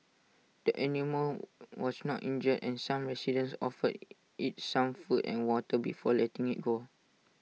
the animal was not injured and some residents offered IT some food and water before letting IT go